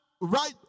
right